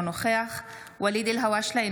אינו נוכח ואליד אלהואשלה,